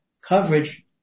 coverage